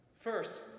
First